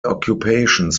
occupations